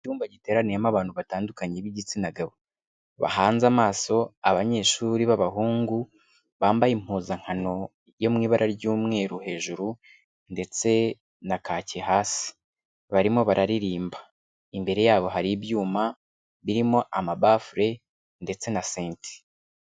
Icyumba giteraniyemo abantu batandukanye b'igitsina gabo, bahanze amaso abanyeshuri b'abahungu bambaye impuzankano yo mu ibara ry'umweru hejuru ndetse na kake hasi barimo bararirimba, imbere ya bo hari ibyuma birimo amabafure ndetse na seti.